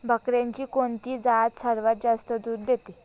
बकऱ्यांची कोणती जात सर्वात जास्त दूध देते?